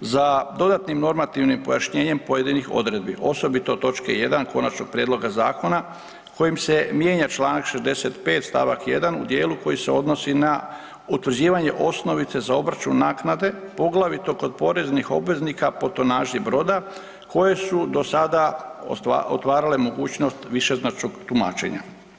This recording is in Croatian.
za dodatnim normativnim pojašnjenjem pojedinih odredbi osobito točke 1. Konačnog prijedloga zakona kojim se mijenja članak 65. stavak 1. u dijelu koji se odnosi na utvrđivanje osnovice za obračun naknade poglavito kod poreznih obveznika po tonaži broda koje su do sada otvarale mogućnost višeznačnog tumačenja.